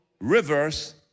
rivers